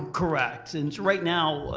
correct. and right now,